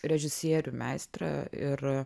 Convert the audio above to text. režisierių meistrą ir